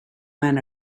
man